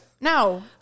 No